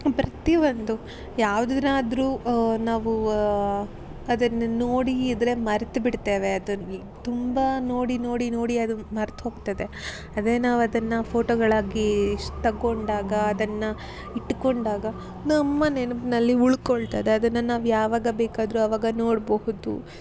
ಪ್ರತಿಯೊಂದು ಯಾವ್ದನ್ನಾದ್ರು ನಾವು ಅದನ್ನು ನೋಡಿದ್ರೆ ಮರ್ತು ಬಿಡ್ತೇವೆ ಅದ್ರಲ್ಲಿ ತುಂಬ ನೋಡಿ ನೋಡಿ ನೋಡಿ ಅದು ಮರ್ತು ಹೋಗ್ತದೆ ಅದೇ ನಾವು ಅದನ್ನು ಫೋಟೋಗಳಾಗಿ ಶ್ ತಗೊಂಡಾಗ ಅದನ್ನು ಇಟ್ಟುಕೊಂಡಾಗ ನಮ್ಮ ನೆನ್ಪಿನಲ್ಲಿ ಉಳ್ಕೊಳ್ತದೆ ಅದನ್ನು ನಾವು ಯಾವಾಗ ಬೇಕಾದರು ಅವಾಗ ನೋಡಬಹುದು